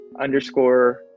underscore